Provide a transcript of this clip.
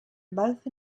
both